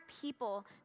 people